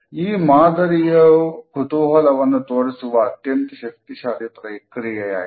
ಈ ಮಾದರಿಯು ಕುತೂಹಲವನ್ನು ತೋರಿಸುವ ಅತ್ಯಂತ ಶಕ್ತಿಶಾಲಿ ಪ್ರಕ್ರಿಯೆಯಾಗಿದೆ